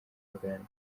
bwanjye